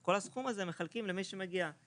כל הסיכום הזה מחלקים למי שמגיע.